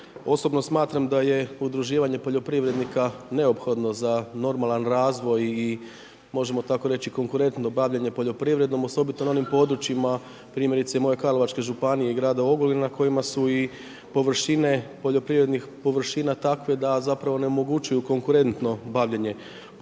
Osobno smatram da je udruživanje poljoprivrednika, neophodno, za normalan razvoj i možemo tako reći konkretno bavljenje poljoprivredom, osobito na onim područjima, primjerice i moje Karlovačke županije i grada Ogulina, kojima su i površine poljoprivrednih, površine takve da zapravo onemogućuju konkretno bavljenje poljoprivredom.